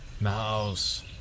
Mouse